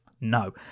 No